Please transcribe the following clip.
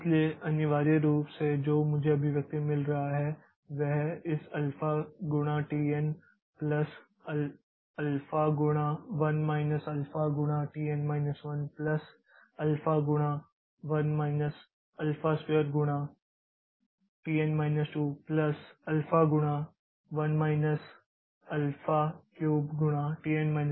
इसलिए अनिवार्य रूप से जो मुझे अभिव्यक्ति मिल रहा है वह इस अल्फ़ा गुणा टीn प्लस अल्फा गुणा 1 माइनस अल्फा गुणा tn 1 प्लस अल्फा गुणा 1 माइनस अल्फा स्क्वायर गुणा tn 2 प्लस अल्फा गुणा 1 माइनस अल्फा क्यूब गुणा tn 3